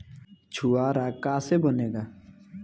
छुआरा का से बनेगा?